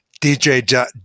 DJ